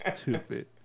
Stupid